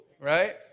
right